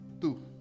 Two